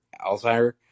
Alzheimer